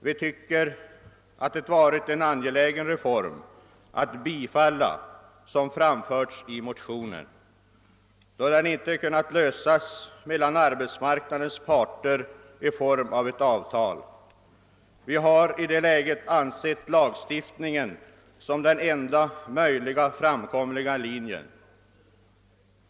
Vi tycker att det skulle ha varit angeläget att bifalla det krav som framförts i motionen, då frågan inte kunnat lösas genom avtal mellan arbetsmarknadens parter. Vi har i det läget ansett lagstiftning som den enda möjliga framkomliga linjen.